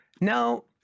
now